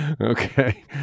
Okay